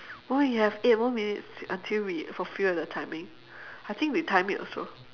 !wow! we have eight more minutes until we fulfil the timing I think we time it also